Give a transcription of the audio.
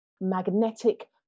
magnetic